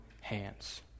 hands